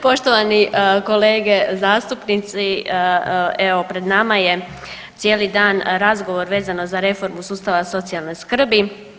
Poštovani kolege zastupnici, evo pred nama je cijeli dan razgovor vezano za reformu sustava socijalne skrbi.